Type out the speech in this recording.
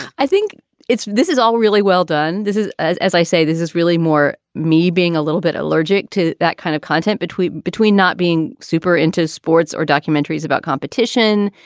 i think it's this is all really well done this is, as as i say, this is really more me being a little bit allergic to that kind of content between between not being super into sports or documentaries about competition,